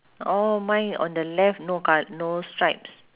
oh mine on the left no col~ no stripes